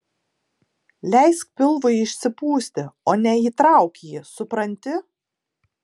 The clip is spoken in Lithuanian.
leisk pilvui išsipūsti o ne įtrauk jį supranti